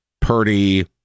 purdy